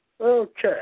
Okay